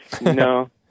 No